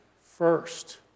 first